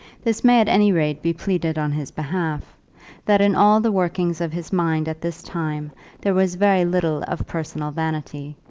this may at any rate be pleaded on his behalf that in all the workings of his mind at this time there was very little of personal vanity.